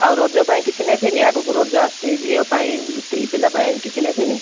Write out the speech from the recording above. ଆଉ ରଜ ପାଇଁ କିଛି ନେବେନି ଆଗକୁ ରଜ ଆସୁଛି ଝିଅ ପାଇଁ ସ୍ତ୍ରୀ ପିଲା ପାଇଁ କିଛି ନେବେନି